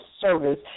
service